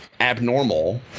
abnormal